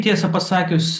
tiesą pasakius